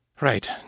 Right